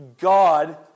God